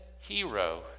hero